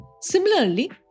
similarly